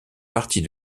partie